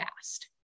fast